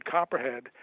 Copperhead